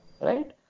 Right